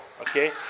Okay